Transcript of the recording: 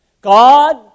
God